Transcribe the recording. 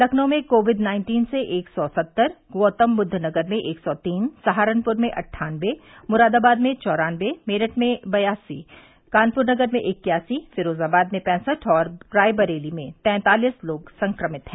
लखनऊ में Covid nineteen से एक सौ सत्तर गौतमबुद्ध नगर में एक सौ तीन सहारनपुर में अट्ठानबे मुरादाबाद में चौरानबे मेरठ में बयासी कानपुर नगर में इक्यासी फिरोजाबाद में पैंसठ और रायबरेली में तैंतालीस लोग संक्रमित हैं